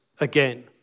again